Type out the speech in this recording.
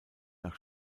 nach